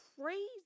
crazy